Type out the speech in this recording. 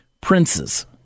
Princes